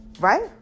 right